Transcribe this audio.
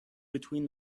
between